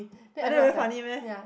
but then very funny meh